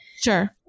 Sure